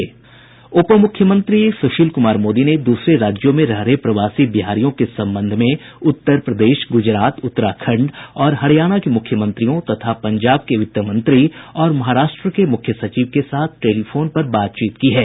उप मुख्यमंत्री सुशील कुमार मोदी ने दूसरे राज्यों में रह रहे प्रवासी बिहारियों के संबंध में उत्तर प्रदेश गुजरात उत्तराखण्ड और हरियाणा के मुख्यमंत्रियों तथा पंजाब के वित्त मंत्री और महाराष्ट्र के मुख्य सचिव के साथ टेलीफोन पर बातचीत की है